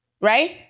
right